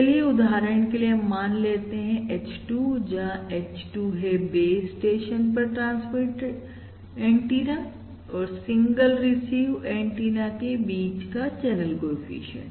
चलिए उदाहरण के लिए हम लेते हैं H2 जहां H2 है बेस स्टेशन पर ट्रांसमिट एंटीना 2 और सिंगल रिसीव एंटीना के बीच का चैनल कोएफिशिएंट